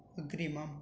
अग्रिमम्